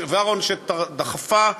שדחפה,